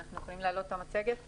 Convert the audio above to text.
אנחנו יכולים להעלות את המצגת.